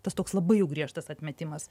tas toks labai jau griežtas atmetimas